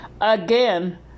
Again